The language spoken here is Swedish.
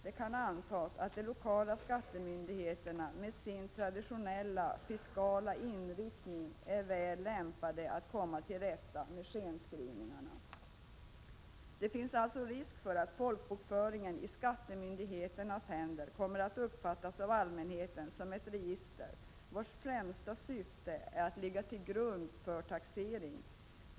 —--- Det kan antas att de lokala skattemyndigheterna med sin traditionellt fiskala inriktning är väl lämpade att komma till rätta med skenskrivningarna.” Det finns alltså risk för att folkbokföringen i skattemyndigheternas händer kommer att uppfattas av allmänheten som ett register vars främsta syfte är att ligga till grund för taxering.